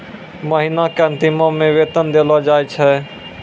महिना के अंतिमो मे वेतन देलो जाय छै